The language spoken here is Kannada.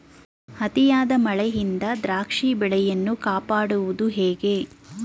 ಅತಿಯಾದ ಮಳೆಯಿಂದ ದ್ರಾಕ್ಷಿ ಬೆಳೆಯನ್ನು ಕಾಪಾಡುವುದು ಹೇಗೆ?